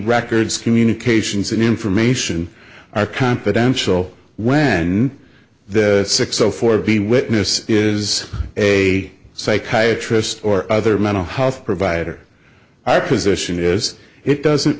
records communications and information are confidential when the six o four b witness is a psychiatrist or other mental health provider i position is it doesn't